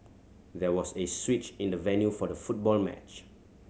there was a switch in the venue for the football match